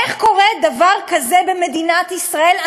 איך קורה דבר כזה במדינת ישראל?